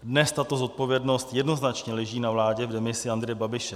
Dnes tato zodpovědnost jednoznačně leží na vládě v demisi Andreje Babiše.